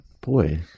boy